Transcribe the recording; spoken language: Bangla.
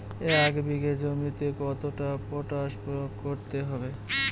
এক বিঘে জমিতে কতটা পটাশ প্রয়োগ করতে হবে?